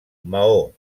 maó